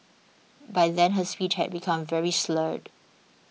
by then her speech had become very slurred